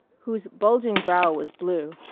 whose bulging brow was blue,